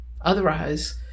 otherwise